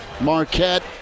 Marquette